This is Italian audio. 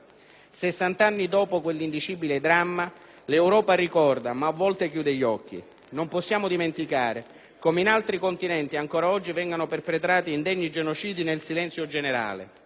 Sessant'anni dopo quell'indicibile dramma, l'Europa ricorda, ma a volte chiude gli occhi. Non possiamo dimenticare come in altri continenti ancora oggi vengano perpetrati indegni genocidi nel silenzio generale.